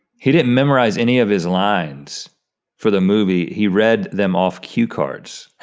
he didn't memorize any of his lines for the movie, he read them off cue cards.